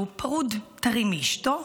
שהוא פרוד טרי מאשתו,